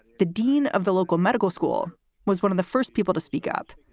the dean of the local medical school was one of the first people to speak up.